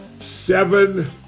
seven